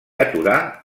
aturar